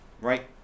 right